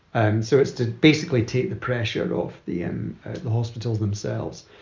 and so it's to basically take the pressure and off the and the hospitals themselves.